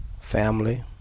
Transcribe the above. family